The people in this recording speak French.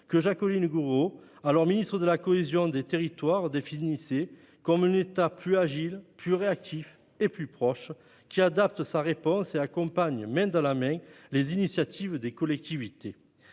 Jacqueline Gourault, alors ministre de la cohésion des territoires, ce principe est garant d'« un État plus agile, plus réactif et plus proche, qui adapte sa réponse et accompagne main dans la main les initiatives des collectivités